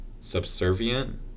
subservient